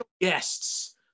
guests